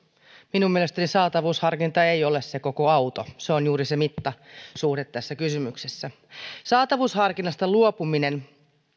minun mielestäni saatavuusharkinta ei ole se koko auto se on juuri se mittasuhde tässä kysymyksessä saatavuusharkinnasta luopuminen